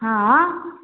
हँ